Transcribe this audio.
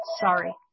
Sorry